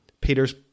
peter's